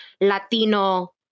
Latino